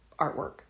artwork